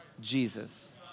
Jesus